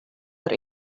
der